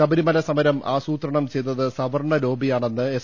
ശബരിമല സമരം ആസൂത്രണം ചെയ്തത് സവർണലോബി യാണെന്ന് എസ്